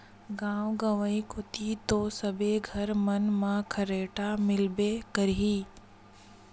गाँव गंवई कोती तो सबे घर मन म खरेटा मिलबे करही